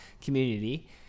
community